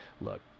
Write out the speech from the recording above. Look